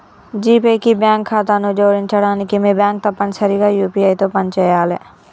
GPay కి bank ఖాతాను జోడించడానికి మీ బ్యాంక్ తప్పనిసరిగా యూ.పీ.ఐ తో పనిచేయాలే